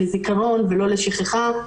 לזיכרון ולא לשכחה.